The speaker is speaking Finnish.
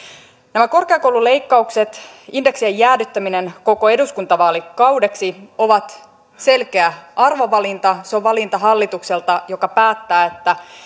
nämä korkeakoululeikkaukset indeksien jäädyttäminen koko eduskuntavaalikaudeksi ovat selkeä arvovalinta se on valinta hallitukselta joka päättää että